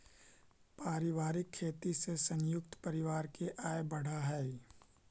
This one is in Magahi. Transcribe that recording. पारिवारिक खेती से संयुक्त परिवार के आय बढ़ऽ हई